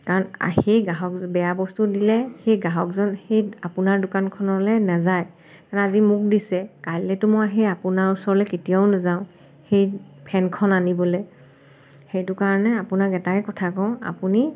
কাৰণ সেই গ্ৰাহক বেয়া বস্তু দিলে সেই গ্ৰাহকজন সেই আপোনাৰ দোকানখনলৈ নেযায় কাৰণ আজি মোক দিছে কাইলৈতো মই সেই আপোনাৰ ওচৰলৈ কেতিয়াও নেযাওঁ সেই ফেনখন আনিবলৈ সেইটো কাৰণে আপোনাক এটাই কথা কওঁ আপুনি